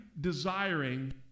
desiring